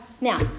Now